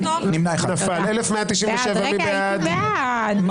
1,200 מי בעד?